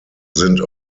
sind